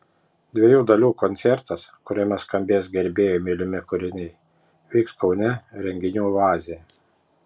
dviejų dalių koncertas kuriame skambės gerbėjų mylimi kūriniai vyks kaune renginių oazėje